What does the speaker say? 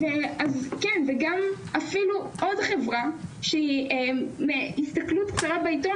וגם עוד חברה שמהסתכלות קצרה בעיתון